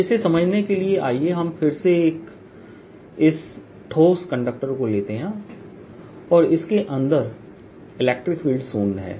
तो इसे समझने के लिए आइए हम फिर से इस ठोस कंडक्टर को लेते हैं और इसके अंदर E शून्य है